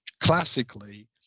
Classically